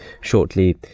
shortly